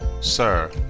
Sir